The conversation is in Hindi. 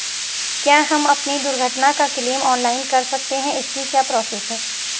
क्या हम अपनी दुर्घटना का क्लेम ऑनलाइन कर सकते हैं इसकी क्या प्रोसेस है?